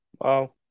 wow